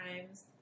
times